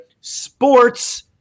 Sports